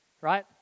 right